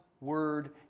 word